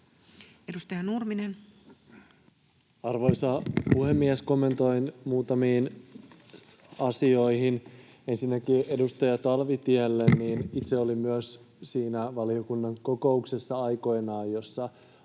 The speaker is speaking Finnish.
16:51 Content: Arvoisa puhemies! Kommentoin muutamiin asioihin. Ensinnäkin edustaja Talvitielle. Itse olin myös aikoinaan siinä valiokunnan kokouksessa, jossa